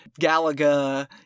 galaga